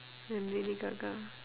and lady gaga